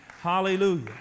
Hallelujah